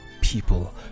people